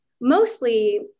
mostly